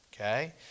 Okay